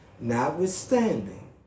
Notwithstanding